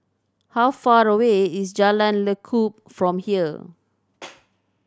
how far away is Jalan Lekub from here